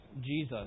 Jesus